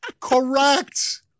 Correct